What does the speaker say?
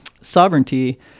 sovereignty